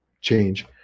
change